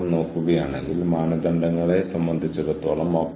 കൂടാതെ ഞാൻ നിങ്ങൾക്ക് മുമ്പ് ചില സവിശേഷതകൾ നൽകി